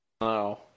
No